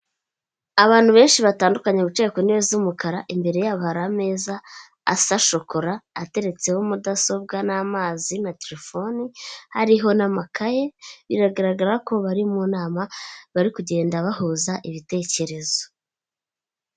Abantu benshi batandukanye bicaye ku ntebe z'umukara, imbere yabo hari ameza asa shokora, ateretseho mudasobwa n'amazi na telefoni, hariho n'amakaye, biragaragara ko bari mu nama bari kugenda bahuza ibitekerezo.